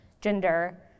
gender